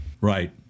right